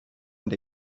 and